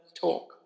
talk